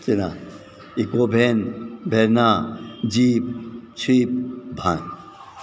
eco van Verna jeep swift van